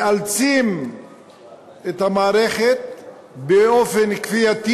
מאלצים את המערכת באופן כפייתי